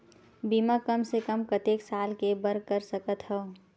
बीमा कम से कम कतेक साल के बर कर सकत हव?